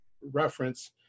reference